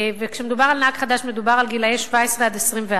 וכשמדובר על נהג חדש מדובר על גילאי 17 24,